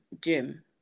gym